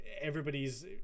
everybody's